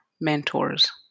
mentors